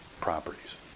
properties